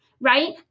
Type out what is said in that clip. right